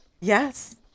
yes